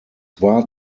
war